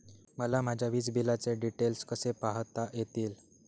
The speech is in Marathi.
मला माझ्या वीजबिलाचे डिटेल्स कसे पाहता येतील?